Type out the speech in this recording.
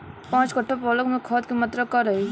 पाँच कट्ठा पालक में खाद के मात्रा का रही?